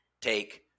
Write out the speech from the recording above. take